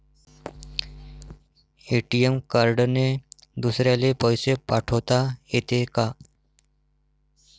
ATM कार्डने दुसऱ्याले पैसे पाठोता येते का?